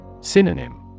Synonym